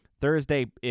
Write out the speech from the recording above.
Thursday